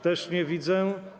Też nie widzę.